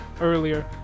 earlier